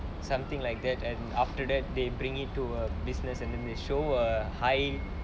something like that and after that they bring it to a business and then they show a high